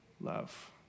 love